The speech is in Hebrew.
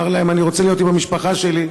הוא אמר להם: אני רוצה להיות עם המשפחה שלי.